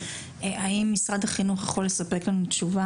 האם משרד החינוך יכול לספק לנו תשובה